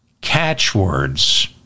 catchwords